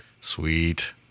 Sweet